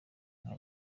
nka